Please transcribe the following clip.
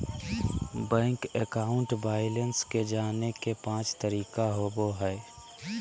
bank account balance के जाने के पांच तरीका होबो हइ